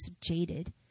jaded